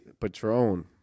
Patron